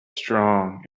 strong